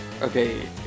Okay